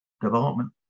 development